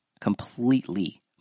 completely